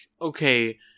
okay